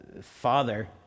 father